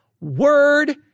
word